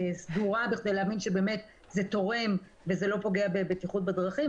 סדורה בכדי להבין שזה באמת תורם ולא פוגע בבטיחות בדרכים,